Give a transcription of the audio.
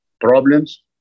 problems